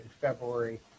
February